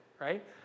right